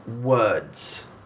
words